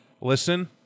listen